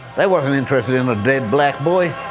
they wasn't interested in a dead black boy.